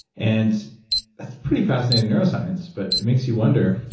and that's pretty fascinating neuroscience, but it makes you wonder.